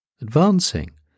Advancing